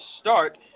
start